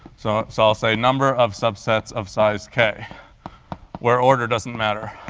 so so i'll say a number of subsets of size k where order doesn't matter